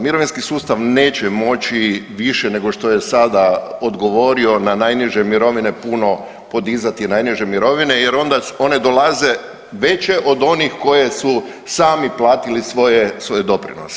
Mirovinski sustav neće moći više nego što je sada odgovorio na najniže mirovine puno podizati najniže mirovine, jer onda one dolaze veće od onih koje su sami platili svoje doprinose.